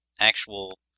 actual